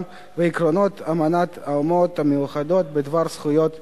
ועקרונות אמנת האומות המאוחדות בדבר זכויות הילד.